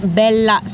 bella